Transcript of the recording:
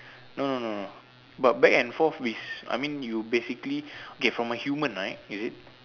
no no no no but back and forth is I mean you basically get from a human right is it